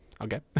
okay